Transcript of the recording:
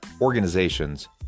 organizations